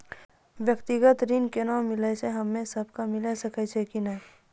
व्यक्तिगत ऋण केना मिलै छै, हम्मे सब कऽ मिल सकै छै कि नै?